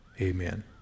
amen